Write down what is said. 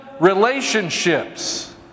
relationships